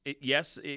yes